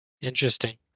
Interesting